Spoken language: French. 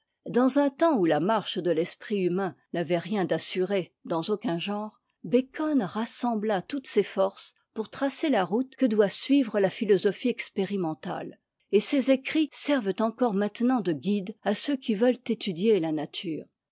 dans un temps où la marche de l'esprit humain n'avait rien d'assuré dans aucun genre bacon rassembla toutes ses forces pour tracer la route que doit suivre la philosophie expérimentale et ses écrits servent encore maintenant de guide à ceux qui veulent étudier la nature